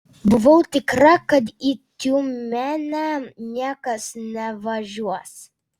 buvau tikra kad į tiumenę niekas nevažiuos